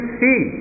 see